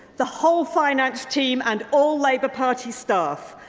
the whole finance team and all labour party staff,